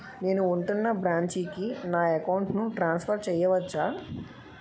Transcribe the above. నేను ఉంటున్న బ్రాంచికి నా అకౌంట్ ను ట్రాన్సఫర్ చేయవచ్చా?